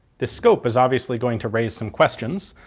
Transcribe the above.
this scope is obviously going to raise some questions.